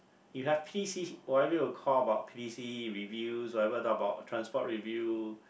you have P C you call about P C E reviews whatever talk about transport review